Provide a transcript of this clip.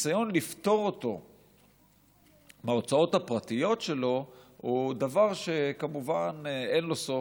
הניסיון לפטור אותו מההוצאות הפרטיות שלו הוא דבר שכמובן אין לו סוף.